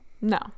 no